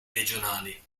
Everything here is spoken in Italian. regionali